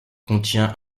contient